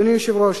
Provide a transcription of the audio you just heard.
אדוני היושב-ראש,